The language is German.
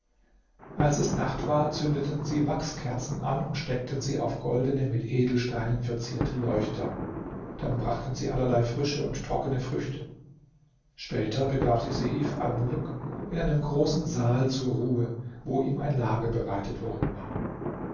als es nacht war zündeten sie wachskerzen an und steckten sie auf goldene mit edelsteinen verzierte leuchter dann brachten sie allerlei frische und trockene früchte später begab sich seif almuluk in einem großen saal zur ruhe wo ihm ein lager bereitet worden war